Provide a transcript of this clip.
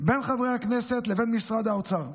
בין חברי הכנסת לבין משרד האוצר.